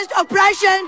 oppression